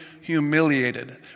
humiliated